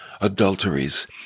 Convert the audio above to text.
adulteries